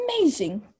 amazing